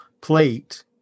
plate